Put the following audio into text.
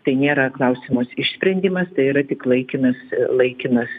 tai nėra klausimo išsprendimas tai yra tik laikinas laikinas